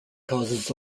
causes